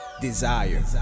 desire